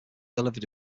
delivered